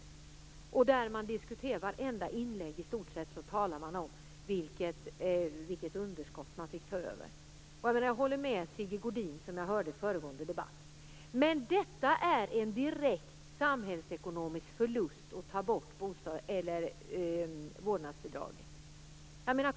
Socialdemokraterna talar i nästan alla inlägg om vilket underskott som de fick ta över, och jag håller med Sigge Godin om det som han sade i den föregående debatten. Men det innebär en direkt samhällsekonomisk förlust att ta bort vårdnadsbidraget.